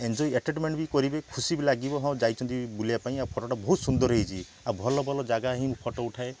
enjoy entertainment ବି କରିବେ ଖୁସି ବି ଲାଗିବ ହଁ ଯାଇଚନ୍ତି ବୁଲିବା ପାଇଁ ଆଉ ଫଟୋଟା ବହୁତ ସୁନ୍ଦର ହେଇଛି ଆଉ ଭଲ ଭଲ ଜାଗା ହିଁ ଫଟୋ ଉଠାଏ